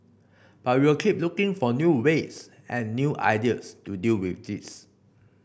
but we will keep looking for new ways and new ideas to deal with this